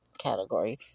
category